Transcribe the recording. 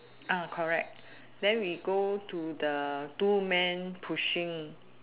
uh correct then we go to the two men pushing